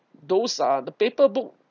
those are the paper book